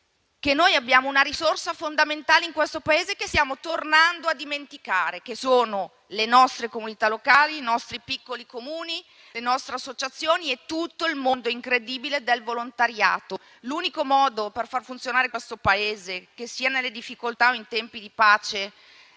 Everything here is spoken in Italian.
che abbiamo una risorsa fondamentale in questo Paese che stiamo tornando a dimenticare: le nostre comunità locali, i nostri piccoli Comuni, le nostre associazioni e tutto il mondo incredibile del volontariato. L'unico modo per far funzionare questo Paese, sia nelle difficoltà che in tempi di pace,